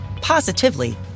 positively